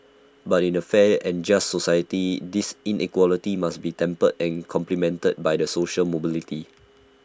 but in A fair and just society this inequality must be tempered and complemented by the social mobility